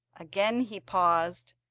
again he paused,